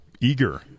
eager